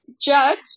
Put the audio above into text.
Judge